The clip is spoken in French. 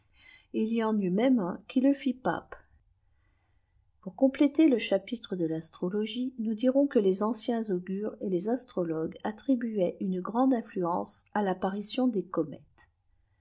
il y en eut même un qui le fit pape pour compléter le chapitre de l'astrologie nous dirons que les anciens augures et les astrologues attribuaient une grande influence à l'apparition des comètes